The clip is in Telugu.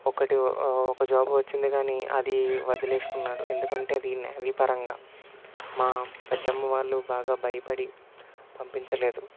ఒకటి ఒక జాబ్ వచ్చింది కానీ అది వదిలేసుకున్నాడు ఎందుకంటే దీన్ నావీపరంగా మా పెద్దమ్మ వాళ్ళు బాగా భయపడి పంపించలేదు